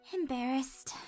embarrassed